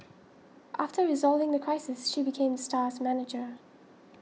after resolving the crisis she became the star's manager